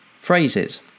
phrases